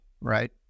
right